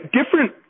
different